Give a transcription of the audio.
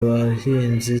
abahinzi